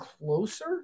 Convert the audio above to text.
closer